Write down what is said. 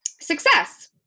success